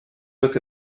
look